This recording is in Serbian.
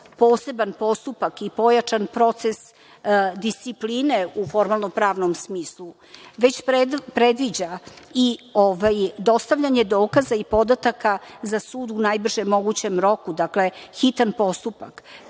poseban postupak i pojačan proces discipline u formalno pravnom smislu, već predviđa i dostavljanje dokaza i podataka za sud u najbržem mogućem roku, dakle, hitan postupak,